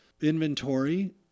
inventory